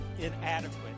inadequate